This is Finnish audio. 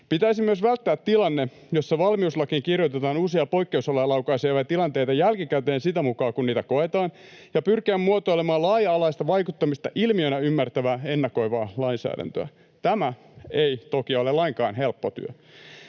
Pitäisi myös välttää tilanne, jossa valmiuslakiin kirjoitetaan uusia poikkeusoloja laukaisevia tilanteita jälkikäteen sitä mukaa kuin niitä koetaan, ja pyrkiä muotoilemaan laaja-alaista vaikuttamista ilmiönä ymmärtävää, ennakoivaa lainsäädäntöä. Tämä ei toki ole lainkaan helppo työ.